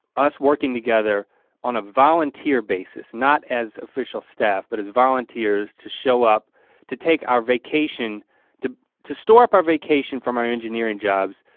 us working together on a volunteer basis, not as official staff but as volunteers to show up to take our vacation to to store up our vacation from my engineering jobs,